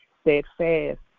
steadfast